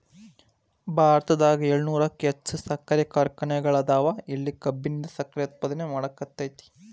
ಭಾರತದಾಗ ಏಳುನೂರಕ್ಕು ಹೆಚ್ಚ್ ಸಕ್ಕರಿ ಕಾರ್ಖಾನೆಗಳದಾವ, ಇಲ್ಲಿ ಕಬ್ಬಿನಿಂದ ಸಕ್ಕರೆ ಉತ್ಪಾದನೆ ಮಾಡ್ಲಾಕ್ಕೆತಿ